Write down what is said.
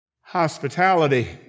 Hospitality